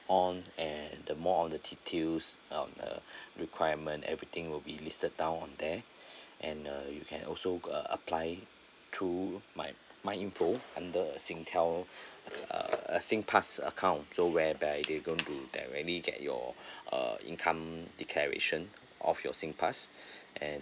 on and the more on the details on uh requirement everything will be listed down on there and uh you can also uh apply through my my info under a singtel uh singpass account so whereby they going to directly get your uh income declaration of your singpass and